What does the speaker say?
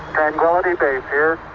tranquillity base here.